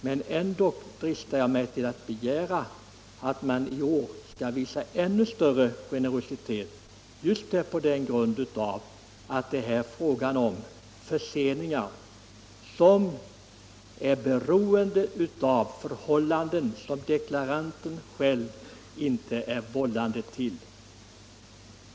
Men ändock dristar jag mig till att begära att man i år skall visa ännu större generositet just på grund av att det här är fråga om förseningar som är beroende av förhållanden, vilka deklaranten själv inte är vållande till.